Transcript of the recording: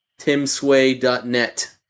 TimSway.net